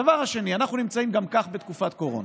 הדבר השני, אנחנו נמצאים גם כך בתקופת קורונה.